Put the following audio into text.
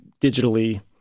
digitally